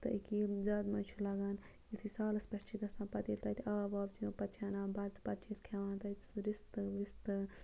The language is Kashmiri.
تہٕ أکیٛاہ یِم زیادٕ مَزٕ چھُ لَگان یُتھُے سالَس پٮ۪ٹھ چھِ گژھان پَتہٕ ییٚلہِ تَتہِ آب واب چھِ دِوان پَتہٕ چھِ اَنان بَتہٕ پَتہٕ چھِ أسۍ کھٮ۪وان تَتہِ سُہ رِستہٕ وِستہٕ